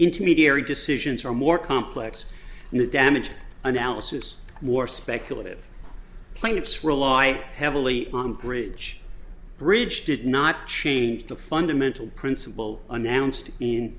intermediary decisions are more complex and the damage analysis more speculative plaintiffs rely heavily on the bridge bridge did not change the fundamental principle announced in